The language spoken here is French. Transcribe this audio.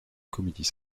comédies